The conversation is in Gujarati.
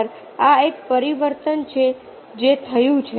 આ એક પરિવર્તન છે જે થયું છે